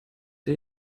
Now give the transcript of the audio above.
que